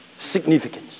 significance